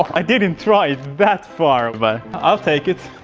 i didn't try it that far. but i'll take it!